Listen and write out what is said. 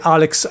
Alex